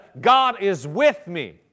God-is-with-me